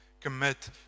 Commit